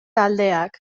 taldeak